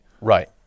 Right